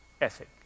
ethic